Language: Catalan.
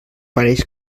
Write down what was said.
pareix